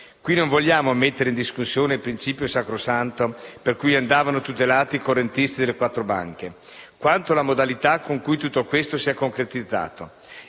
Qui non vogliamo mettere in discussione il principio sacrosanto per cui andavano tutelati i correntisti delle quattro banche, quanto la modalità con cui tutto questo si è concretizzato.